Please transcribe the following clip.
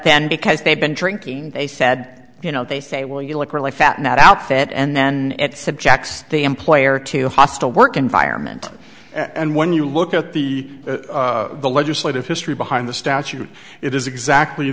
then because they've been drinking they said you know they say well you look really fat in that outfit and then it subjects the employer to hostile work environment and when you look at the the legislative history behind the statute it is exactly